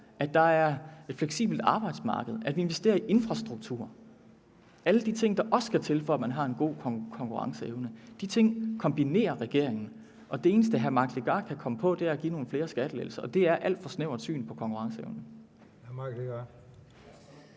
at der er et fleksibelt arbejdsmarked, og at vi investerer i infrastruktur, alle de ting, der også skal til, for at man har en god konkurrenceevne. De ting kombinerer regeringen. Det eneste, hr. Mike Legarth kan komme på, er at give nogle flere skattelettelser, og det er et alt for snævert syn på konkurrenceevnen.